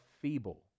feeble